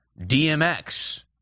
DMX